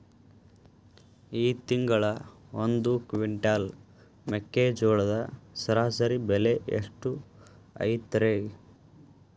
ಈ ತಿಂಗಳ ಒಂದು ಕ್ವಿಂಟಾಲ್ ಮೆಕ್ಕೆಜೋಳದ ಸರಾಸರಿ ಬೆಲೆ ಎಷ್ಟು ಐತರೇ?